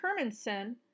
Hermanson